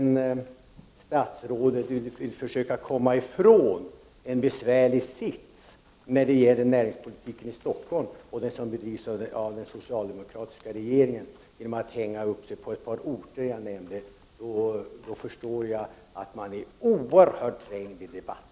Om statsrådet vill försöka komma ifrån en besvärlig sits när det gäller näringspolitiken i Stockholm, som bedrivs av den socialdemokratiska regeringen, genom att hänga upp sig På ett par orter som jag nämnde, förstår jag att hon är oerhört trängd i debatten.